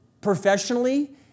professionally